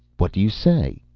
what do you say?